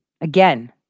again